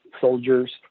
Soldiers